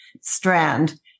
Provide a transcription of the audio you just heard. strand